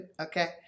okay